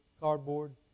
cardboard